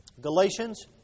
Galatians